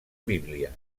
bíblia